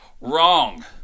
Wrong